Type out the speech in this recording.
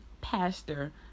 pastor